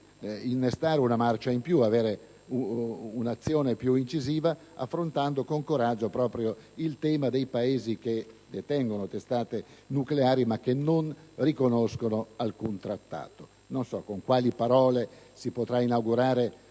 innescare una marcia in più, svolgere un'azione più incisiva, affrontando con coraggio proprio il tema dei Paesi che detengono testate nucleari ma che non riconoscono alcun trattato. Non so con quali parole si potrà inaugurare